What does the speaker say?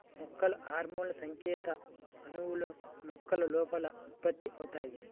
మొక్కల హార్మోన్లుసంకేత అణువులు, మొక్కల లోపల ఉత్పత్తి అవుతాయి